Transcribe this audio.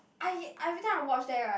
I every time I watch that right